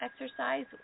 exercise